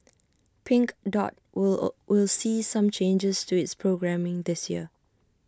pink dot will will see some changes to its programming this year